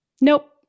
Nope